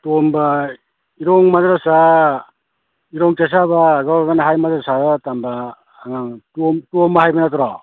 ꯇꯣꯝꯕ ꯏꯔꯣꯡ ꯃꯗ꯭ꯔꯁꯥ ꯏꯔꯣꯡ ꯆꯦꯁꯥꯕ ꯍꯥꯏ ꯃꯗ꯭ꯔꯁꯥꯗ ꯇꯝꯕ ꯑꯉꯥꯡ ꯇꯣꯝꯕ ꯍꯥꯏꯕ ꯅꯠꯇ꯭ꯔꯣ